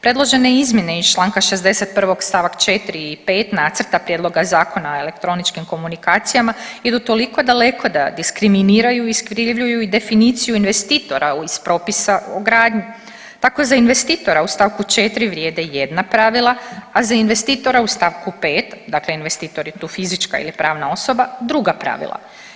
Predložene izmjene iz čl. 61. st. 4. i 5. nacrta prijedloga Zakona o elektroničkim komunikacijama idu toliko daleko da diskriminiraju i iskrivljuju i definiciju investitora iz propisa o gradnji, tako za investitora u st. 4. vrijede jedna pravila, a za investitora u st. 5., dakle investitor je tu fizička ili pravna osoba druga pravila.